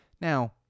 Now